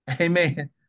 Amen